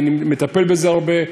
אני מטפל בזה הרבה,